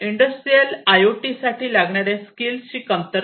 industrial I O T साठी लागणाऱ्या skills चे कमतरता